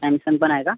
Samsung पण आहे का